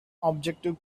objective